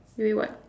you mean what